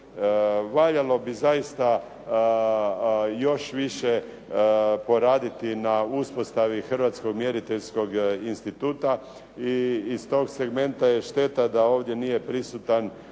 Valjalo bi zaista još više poraditi na uspostavi Hrvatskog mjeriteljskog instituta i iz tog segmenta je šteta da ovdje nije prisutan